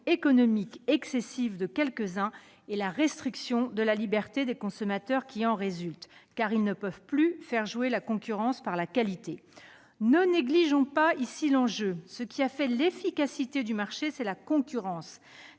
économique excessive de quelques-uns et la restriction de la liberté des consommateurs qui en résulte, ceux-ci ne pouvant plus faire jouer la concurrence par la qualité. Ne négligeons pas l'enjeu en question. Ce qui a fait l'efficacité du marché, c'est la concurrence